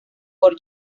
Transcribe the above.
por